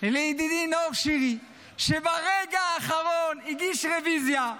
לידידי נאור שירי, שברגע האחרון הגיש רוויזיה,